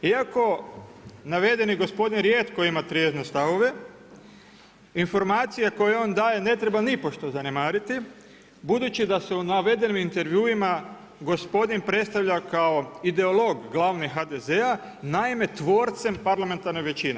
Iako navedeni gospodin rijetko ima navedene stavove, informacije koje on daje ne treba nipošto zanemariti, budući da su u navedenim intervjuima, gospodin predstavlja kao ideolog glavni HDZ-a, naime tvorcem parlamentarne većine.